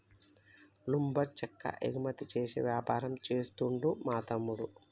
lumber చెక్క ఎగుమతి చేసే వ్యాపారం చేస్తుండు మా తమ్ముడు